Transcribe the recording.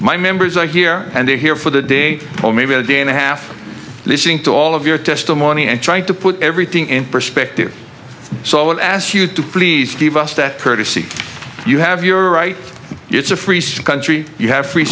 my members are here and they are here for the day maybe a day and a half listening to all of your testimony and trying to put everything in perspective so i would ask you to please give us that courtesy you have your right it's a free country you have free